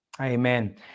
Amen